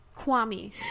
Kwame